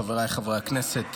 חבריי חברי הכנסת,